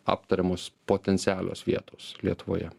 aptariamos potencialios vietos lietuvoje